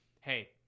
hey